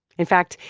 in fact,